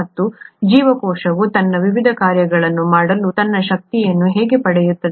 ಮತ್ತು ಜೀವಕೋಶವು ತನ್ನ ವಿವಿಧ ಕಾರ್ಯಗಳನ್ನು ಮಾಡಲು ತನ್ನ ಶಕ್ತಿಯನ್ನು ಹೇಗೆ ಪಡೆಯುತ್ತದೆ